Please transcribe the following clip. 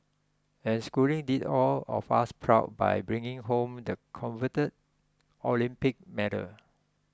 and Schooling did all of us proud by bringing home the coveted Olympic medal